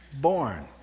born